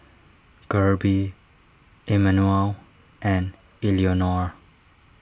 Kirby Immanuel and Eleonore